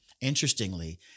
Interestingly